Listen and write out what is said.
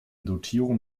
dotierung